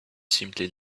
simply